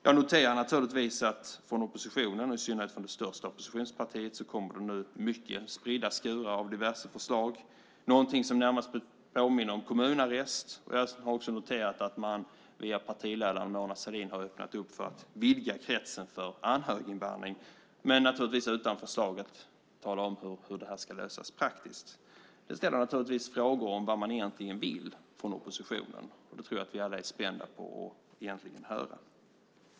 Jag noterar naturligtvis att det från oppositionen och i synnerhet från det största oppositionspartiet nu kommer mycket spridda skurar av diverse förslag. Det är någonting som närmast påminner om kommunarrest. Jag har också noterat att man via partiledaren Mona Sahlin har öppnat för att vidga kretsen för anhöriginvandring men naturligtvis utan att tala om hur det här ska lösas praktiskt. Det ställer naturligtvis frågor om vad man egentligen vill från oppositionen. Det tror jag att vi alla är spända på att få höra.